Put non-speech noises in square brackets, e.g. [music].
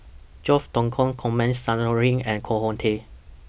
George Dromgold Coleman Saw [unintelligible] and Koh Hong Teng